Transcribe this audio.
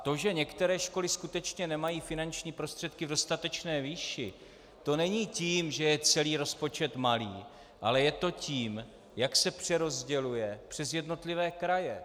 To, že některé školy skutečně nemají finanční prostředky v dostatečné výši, to není tím, že je celý rozpočet malý, ale je to tím, jak se přerozděluje přes jednotlivé kraje.